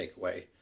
takeaway